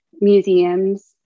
museums